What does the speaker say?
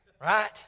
right